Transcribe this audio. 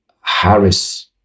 Harris